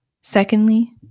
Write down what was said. Secondly